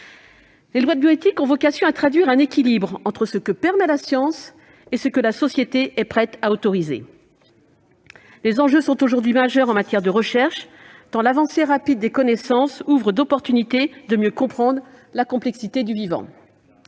Les lois de bioéthique ont vocation à traduire un équilibre entre ce que la science permet et ce que la société est prête à autoriser. Les enjeux sont aujourd'hui majeurs en matière de recherche, tant l'avancée rapide des connaissances ouvre d'opportunités de mieux comprendre la complexité du vivant.